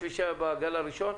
כפי שהיה בגל הראשון?